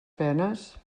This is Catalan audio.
penes